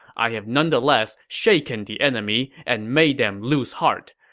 i have nonetheless shaken the enemy and made them lose heart.